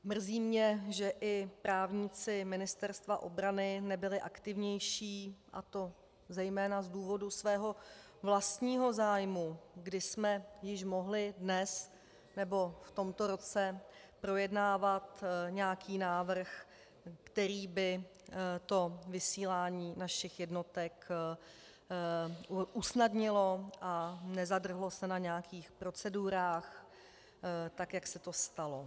Mrzí mě, že i právníci Ministerstva obrany nebyli aktivnější, a to zejména z důvodu svého vlastního zájmu, kdy jsme již mohli dnes nebo v tomto roce projednávat nějaký návrh, který by to vysílání našich jednotek usnadnil, a nezadrhlo se na nějakých procedurách tak, jak se to stalo.